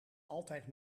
altijd